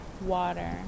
water